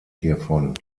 hiervon